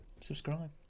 Subscribe